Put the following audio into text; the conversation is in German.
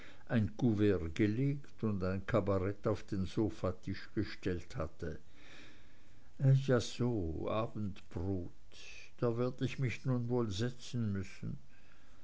ein kuvert gelegt und ein kabarett auf den sofatisch gestellt hatte ja so abendbrot da werd ich mich nun wohl setzen müssen